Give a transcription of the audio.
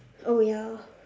oh ya